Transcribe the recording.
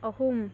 ꯑꯍꯨꯝ